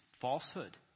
falsehood